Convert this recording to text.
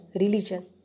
religion